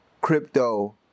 crypto